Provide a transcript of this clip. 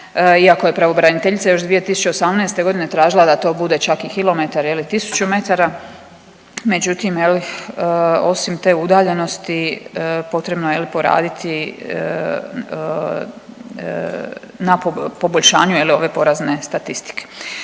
iako je pravobraniteljica još 2018. g. tražila da to bude i kilometar, je li, 1000 m, međutim, je li, osim te udaljenosti, potrebno je, je li, poraditi na poboljšanju, je li, ove porazne statistike.